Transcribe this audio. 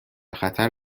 خطر